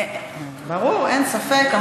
ברור, אין ספק.